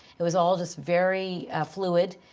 it was all just very fluid.